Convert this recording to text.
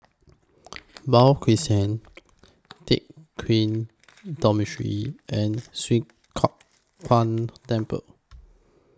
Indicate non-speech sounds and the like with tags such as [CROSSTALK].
[NOISE] Beo Crescent Teck Kian Dormitory and Swee Kow Kuan Temple [NOISE]